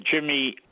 Jimmy